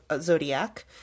Zodiac